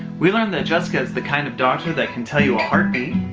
we learned that jessica's the kind of doctor that can tell you a heartbeat.